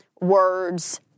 words